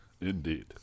Indeed